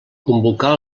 convocar